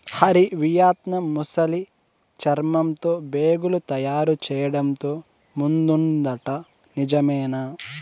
Hari, Vietnam ముసలి చర్మంతో బేగులు తయారు చేయడంతో ముందుందట నిజమేనా